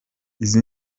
izi